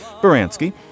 Baranski